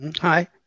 Hi